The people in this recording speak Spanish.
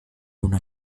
una